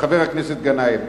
חבר הכנסת גנאים,